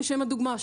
לשם הדוגמה,